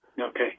Okay